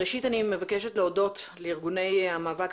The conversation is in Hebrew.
ראשית אני מבקשת להודות לאירגוני המאבק